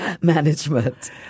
management